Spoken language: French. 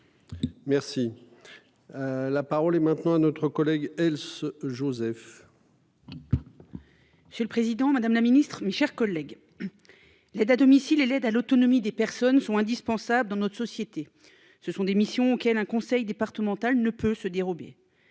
Merci. La parole est maintenant à notre collègue Else Joseph. Monsieur le Président Madame la Ministre, mes chers collègues. L'aide à domicile et l'aide à l'autonomie des personnes sont indispensables dans notre société. Ce sont des missions auxquelles un conseil départemental ne peut se dérober.